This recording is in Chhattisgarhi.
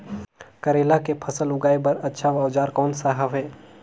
करेला के फसल उगाई बार अच्छा औजार कोन सा हवे?